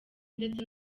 ndetse